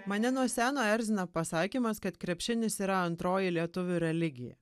mane nuo seno erzina pasakymas kad krepšinis yra antroji lietuvių religija